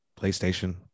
playstation